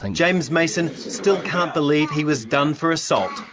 and james mason still can't believe he was done for assault,